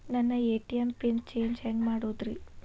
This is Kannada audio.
ನನ್ನ ಎ.ಟಿ.ಎಂ ಪಿನ್ ಚೇಂಜ್ ಹೆಂಗ್ ಮಾಡೋದ್ರಿ?